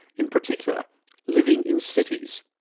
in particular living in cities.